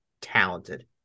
talented